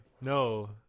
No